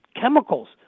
chemicals